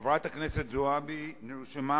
חברת הכנסת זועבי נרשמה,